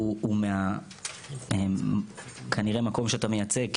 הוא כנראה המקום שאתה מייצג,